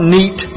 Neat